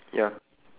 ya